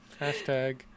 Hashtag